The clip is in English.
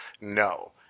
No